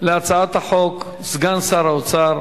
הצעת החוק סגן שר האוצר,